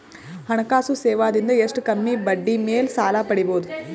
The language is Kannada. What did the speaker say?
ಹಣಕಾಸು ಸೇವಾ ದಿಂದ ಎಷ್ಟ ಕಮ್ಮಿಬಡ್ಡಿ ಮೇಲ್ ಸಾಲ ಪಡಿಬೋದ?